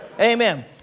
Amen